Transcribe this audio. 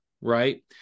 right